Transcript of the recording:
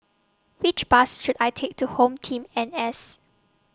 Which Bus should I Take to HomeTeam N S